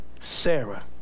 Sarah